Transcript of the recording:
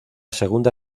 segunda